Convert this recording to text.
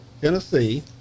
Tennessee